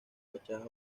fachada